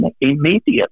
immediately